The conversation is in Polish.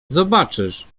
zobaczysz